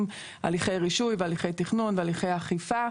הליכי רישוי והליכי תכנון והליכי אכיפה.